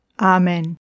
Amen